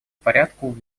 порядку